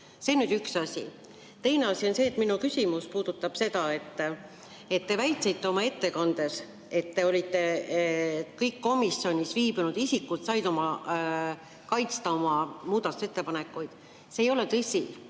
See on üks asi. Teine asi on see ja minu küsimus puudutab seda, et te väitsite oma ettekandes, et kõik komisjonis viibinud isikud said kaitsta oma muudatusettepanekuid. See ei ole tõsi,